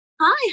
hi